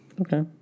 Okay